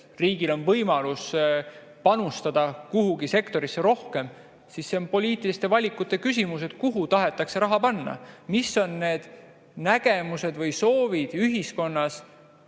riigil on võimalus panustada kuhugi sektorisse rohkem, siis see on poliitiliste valikute küsimus, et kuhu tahetakse raha panna, mis on need nägemused või soovid ühiskonnas,